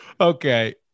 Okay